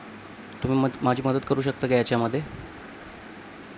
तुम्ही मत माझी मदत करू शकता का याच्यामध्ये